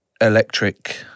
Electric